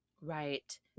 Right